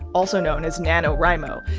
also known as nanowrimo.